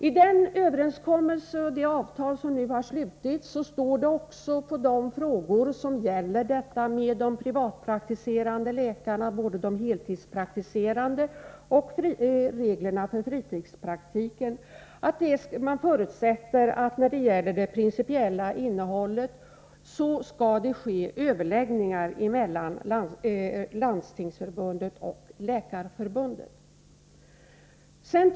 I den överenskommelse och det avtal som nu har slutits står det beträffande reglerna för privatpraktiserande läkare, både heltidspraktiserande läkare och fritidspraktiker, att man förutsätter att det skall ske överläggningar mellan Landstingsförbundet och Läkarförbundet om det principiella innehållet.